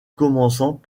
commençant